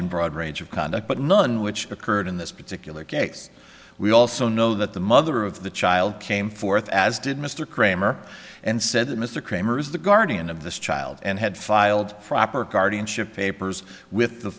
and broad range of conduct but none which occurred in this particular case we also know that the mother of the child came forth as did mr cramer and said that mr cramer is the guardian of this child and had filed proper guardianship papers with the